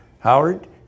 Howard